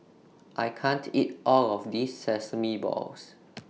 I can't eat All of This Sesame Balls